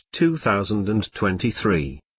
2023